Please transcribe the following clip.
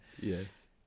yes